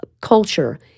culture